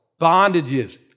bondages